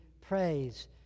praise